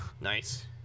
Nice